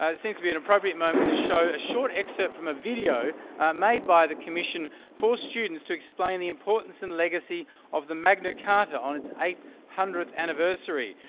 ah it seems to be an appropriate moment to show a short exert from a video made by the commission for students to explain the importance and legacy of the magna carta on its eight hundredth anniversary.